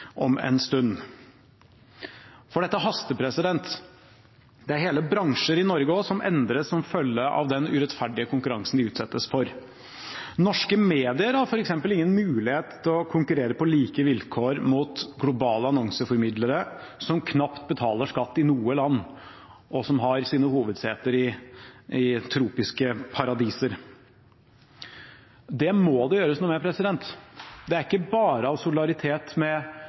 om en stund. For dette haster. Det er hele bransjer også i Norge som endres som følge av den urettferdige konkurransen de utsettes for. Norske medier har f.eks. ingen mulighet til å konkurrere på like vilkår med globale annonseformidlere som knapt betaler skatt i noe land, og som har sine hovedseter i tropiske paradis. Det må det gjøres noe med. Det er ikke bare av solidaritet med